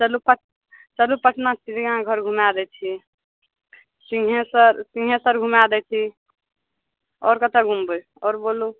चलू पट चलू पटना चिड़ियाघर घूमाय दै छी सिंघेश्वर सिंघेश्वर घूमाय दै छी आओर कतऽ घुमबय आओर बोलू